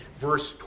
verse